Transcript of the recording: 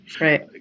Right